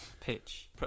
pitch